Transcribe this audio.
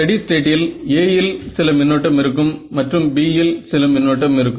steady ஸ்டேட்டில் A இல் சில மின்னோட்டம் இருக்கும் மற்றும் B சில மின்னோட்டம் இருக்கும்